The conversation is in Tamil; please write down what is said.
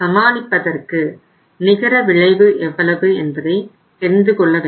சமாளிப்பதற்கு நிகர விளைவு எவ்வளவு என்பதை தெரிந்து கொள்ள வேண்டும்